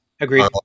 Agreed